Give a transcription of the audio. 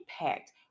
impact